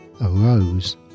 arose